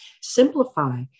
simplify